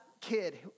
kid